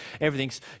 everything's